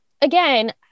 again